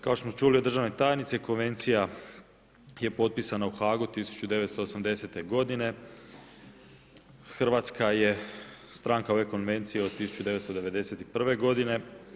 Kao što smo čuli od državne tajnice Konvencija je potpisana u Hagu 1980. godine, Hrvatska je stranka ove Konvencije od 1991. godine.